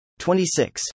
26